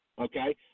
okay